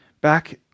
back